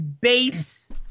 base